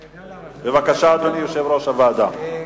בבקשה, אדוני יושב-ראש הוועדה.